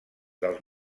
dels